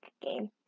game